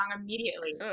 immediately